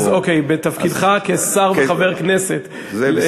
אז, אוקיי, בתפקידך כשר וחבר הכנסת, זה בסדר.